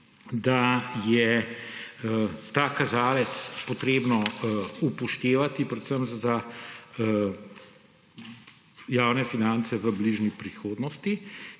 da je ta kazalec potrebno upoštevati predvsem za javne finance v bližnji prihodnosti.